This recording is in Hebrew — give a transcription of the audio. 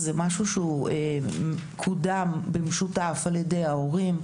זה משהו שקודם במשותף על ידי ההורים,